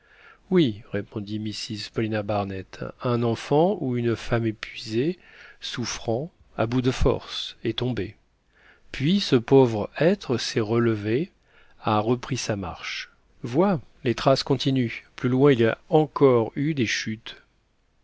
oui répondit mrs paulina barnett un enfant ou une femme épuisé souffrant à bout de force est tombé puis ce pauvre être s'est relevé a repris sa marche vois les traces continuent plus loin il y a encore eu des chutes